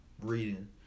reading